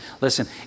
listen